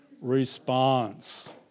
response